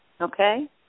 Okay